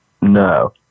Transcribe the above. No